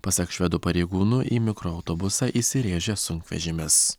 pasak švedų pareigūnų į mikroautobusą įsirėžė sunkvežimis